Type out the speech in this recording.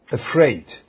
afraid